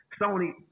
Sony